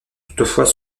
toutefois